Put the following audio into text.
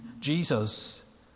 Jesus